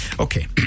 okay